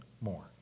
more